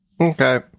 Okay